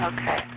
Okay